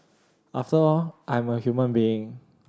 after all I'm a human being